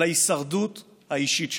על ההישרדות האישית שלכם.